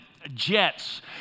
jets